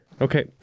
Okay